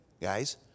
guys